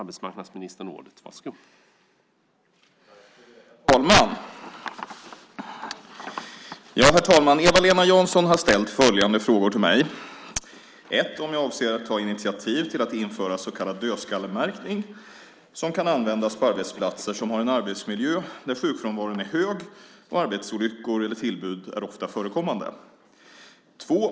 Herr talman! Eva-Lena Jansson har ställt följande frågor till mig. 1. Om jag avser att ta initiativ till att införa så kallad dödskallemärkning som kan användas på arbetsplatser som har en arbetsmiljö där sjukfrånvaron är hög och arbetsolyckor eller tillbud är ofta förekommande. 2.